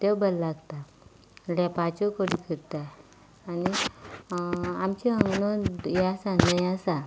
तेंवू बरें लागता लेपाची कडी करता आनी आमचे हांगा न्हय हें आसा न्हंय आसा